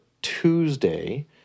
Tuesday